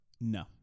No